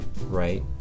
right